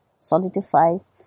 solidifies